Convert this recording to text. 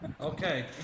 Okay